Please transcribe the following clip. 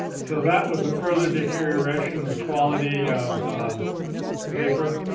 so that was the further deterioration of the quality of paper.